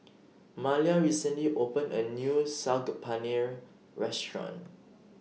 Malia recently opened A New Saag Paneer Restaurant